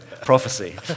prophecy